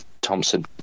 Thompson